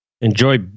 enjoy